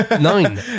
nine